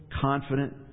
confident